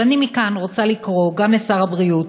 אבל אני מכאן רוצה לקרוא גם לשר הבריאות